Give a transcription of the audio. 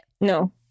No